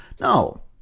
No